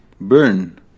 burn